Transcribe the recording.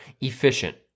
efficient